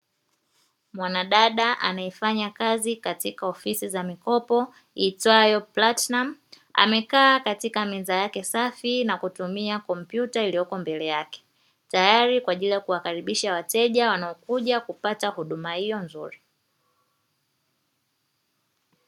Mwanadada anayefanya kazi katika ofisi za mikopo, iitwayo “PLATNUM”, amekaa katika meza yake safi na kutumia kompyuta iliyopo mbele yake, tayari kwa ajili kuwakaribisha wateja wanaokuja kupata huduma hiyo nzuri.